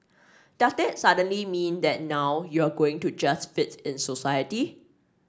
does that suddenly mean that now you're going to just fit in society